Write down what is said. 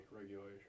regulation